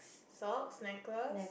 socks necklace